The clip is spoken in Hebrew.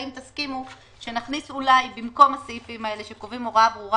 אם תסכימו שנכניס במקום הסעיפים האלה שקובעים הוראה ברורה,